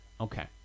Okay